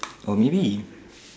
or maybe